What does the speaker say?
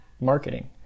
marketing